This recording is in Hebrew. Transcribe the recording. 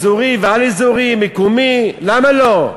אזורי ועל-אזורי, מקומי, למה לא?